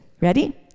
Ready